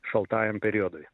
šaltajam periodui